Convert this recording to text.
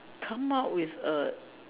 come out with a